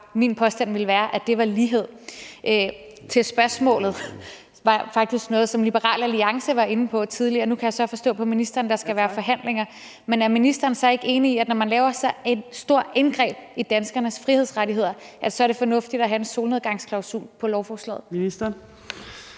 min påstand vil så bare være, at det er lighed. Til spørgsmålet: Det var faktisk noget, som Liberal Alliance var inde på tidligere, og nu kan jeg så forstå på ministeren, at der skal være forhandlinger. Men er ministeren så ikke enig i, at når man laver så stort et indgreb i danskernes frihedsrettigheder, er det fornuftigt at have en solnedgangsklausul på lovforslaget? Kl.